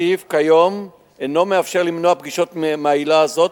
הסעיף כיום אינו מאפשר למנוע פגישות מהעילה הזאת,